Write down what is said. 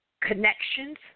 connections